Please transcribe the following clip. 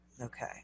Okay